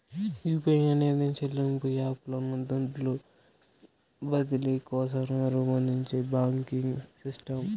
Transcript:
UPI అనేది చెల్లింపు app లను దుడ్లు బదిలీ కోసరం రూపొందించే బాంకింగ్ సిస్టమ్